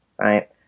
right